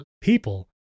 People